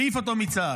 העיף אותו מצה"ל.